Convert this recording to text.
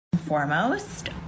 foremost